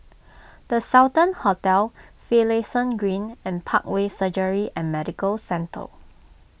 the Sultan Hotel Finlayson Green and Parkway Surgery and Medical Centre